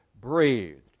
breathed